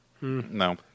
No